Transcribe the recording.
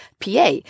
PA